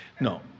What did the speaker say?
No